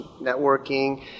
networking